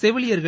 செவிலியர்கள்